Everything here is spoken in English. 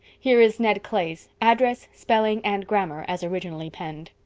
here is ned clay's, address, spelling, and grammar as originally penned.